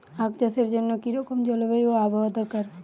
আখ চাষের জন্য কি রকম জলবায়ু ও আবহাওয়া দরকার?